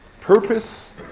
purpose